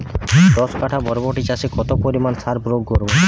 দশ কাঠা বরবটি চাষে কত পরিমাণ সার প্রয়োগ করব?